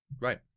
Right